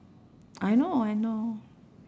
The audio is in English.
I know I know